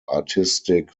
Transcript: artistic